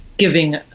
giving